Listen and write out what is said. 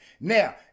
Now